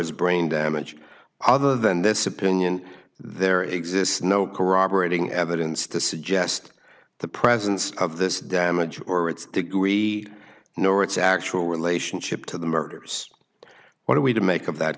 suffers brain damage other than this opinion there exists no corroborating evidence to suggest the presence of this damage or its degree nor its actual relationship to the murders what are we to make of that